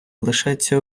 залишається